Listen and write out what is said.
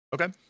okay